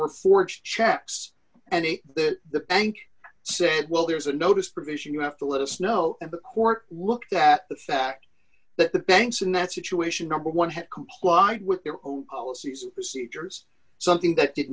were forged checks and that the bank said well there's a notice provision you have to let us know that the court looked at the fact that the banks in that situation number one had complied with their own policies procedures something that did